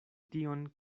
tion